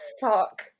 Fuck